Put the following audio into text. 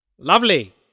Lovely